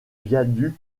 viaduc